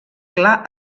clar